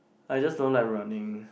I just don't like running